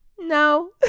no